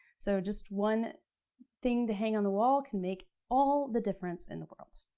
so just one thing to hang on the wall can make all the difference in the world.